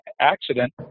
accident